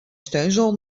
steunzool